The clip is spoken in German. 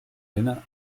henne